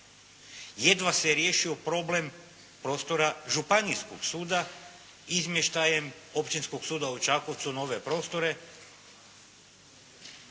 jedva se riješio problem prostora županijskog suda izmještajem općinskog suda u Čakovcu na ove prostore,